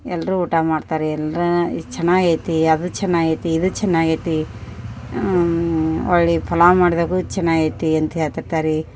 ಎಲ್ಲರು ಊಟ ಮಾಡ್ತಾರೆ ಎಲ್ಲರ ಇದು ಚೆನಾಗೈತಿ ಅದು ಚೆನಾಗೈತಿ ಇದು ಚೆನಾಗೈತಿ ಒಳ್ಳಿಯ ಪಲಾವು ಮಾಡಿದಾಗು ಚೆನಾಗೈತಿ ಅಂತ ಹೇಳ್ತಿರ್ತಾರೆ ರೀ